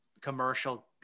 commercial